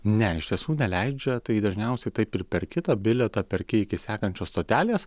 ne iš tiesų neleidžia tai dažniausiai taip ir per kitą bilietą perki iki sekančios stotelės